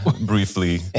briefly